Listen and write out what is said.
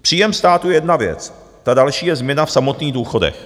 Příjem státu je jedna věc, ta další je změna v samotných důchodech.